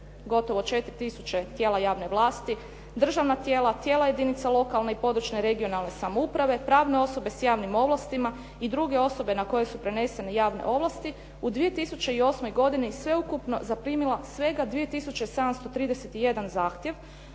gotovo 4 tisuće tijela javne vlasti, državna tijela, tijela jedinica lokalne i područne regionalne samouprave, pravne osobe s javnim ovlastima i druge osobe na koje su prenesene javne ovlasti, u 2008. godini sveukupno zaprimila svega 2731 zahtjev,